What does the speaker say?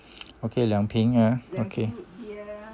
okay 两瓶 !huh! okay